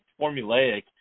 formulaic